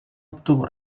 obtuvo